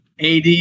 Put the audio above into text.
AD